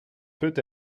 peut